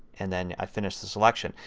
and then i finish the selection.